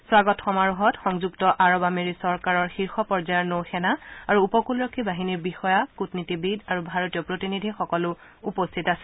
স্বাগত সমাৰোহত সংযুক্ত আৰৱ আমেৰি চৰকাৰৰ শীৰ্ষ পৰ্যায়ৰ নৌ সেনা আৰু উপকূলৰক্ষী বাহিনীৰ বিষয়া কূটনীতিবিদ আৰু ভাৰতীয় প্ৰতিনিধি সকলো উপস্থিত আছিল